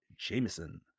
jameson